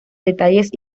detalles